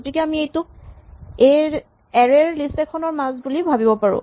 গতিকে আমি এইটোক এৰে ৰ লিষ্ট এখনৰ মাজ বুলি ভাৱিব পাৰো